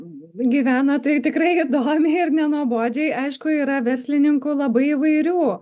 gyvena tai tikrai įdomiai ir nenuobodžiai aišku yra verslininkų labai įvairių